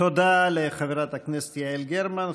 תודה לחברת הכנסת יעל גרמן.